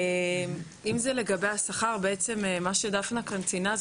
אם זה לגבי השכר בעצם מה שדפנה כאן ציינה,